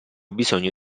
bisogno